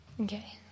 Okay